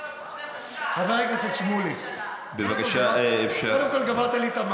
חבר הכנסת שמולי, למה אתה לא מחכה עוד שבוע?